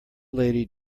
lady